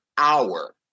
hour